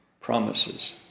promises